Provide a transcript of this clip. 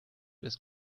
ist